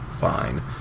Fine